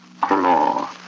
Claw